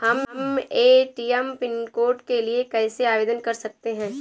हम ATM pin code के लिए कैसे आवेदन कर सकते हैं?